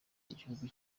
igihugu